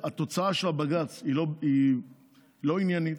שהתוצאה של הבג"ץ היא לא עניינית.